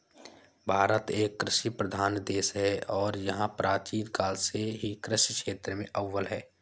भारत एक कृषि प्रधान देश है और यह प्राचीन काल से ही कृषि क्षेत्र में अव्वल है